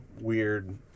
weird